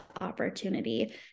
opportunity